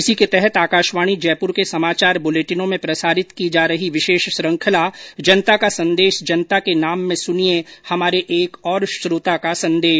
इसी के तहत आकाशवाणी जयपुर के समाचार बुलेटिनों में प्रसारित की जा रही विशेष श्रृंखला जनता का संदेश जनता के नाम में सुनिये हमारे एक और श्रोता का संदेश